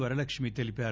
వరలక్ష్మి తెలిపారు